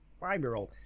five-year-old